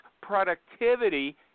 productivity